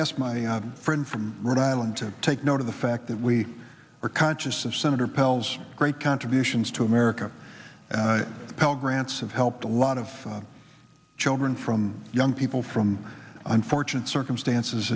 asked my friend from rhode island to take note of the fact that we are conscious of senator pell's great contributions to america and pell grants have helped a lot of children from young people from unfortunate circumstances